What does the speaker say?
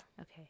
Okay